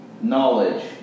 knowledge